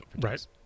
right